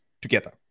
together